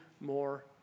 more